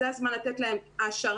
זה הזמן לתת להם העשרה,